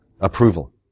approval